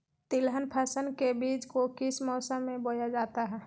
तिलहन फसल के बीज को किस मौसम में बोया जाता है?